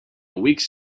weeks